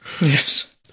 Yes